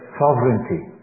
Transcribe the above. sovereignty